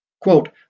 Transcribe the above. Quote